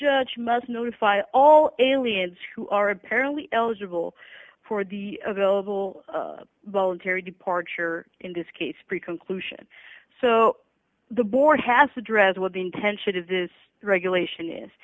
judge must notify all aliens who are apparently eligible for the available voluntary departure in this case preclusion so the board has to address what the intention of this regulation is